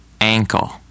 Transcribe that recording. Ankle